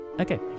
Okay